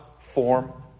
form